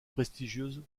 prestigieuses